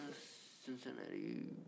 Cincinnati